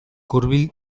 hurbil